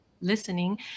listening